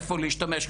איפה להשתמש,